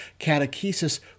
Catechesis